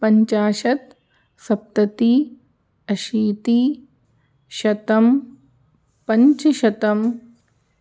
पञ्चाशत् सप्ततिः अशीतिः शतं पञ्चशतं